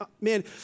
man